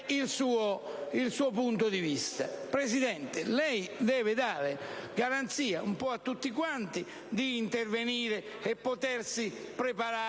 il suo punto di vista. Presidente, lei deve dare garanzie a tutti di intervenire e di potersi preparare